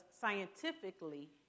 scientifically